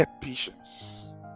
patience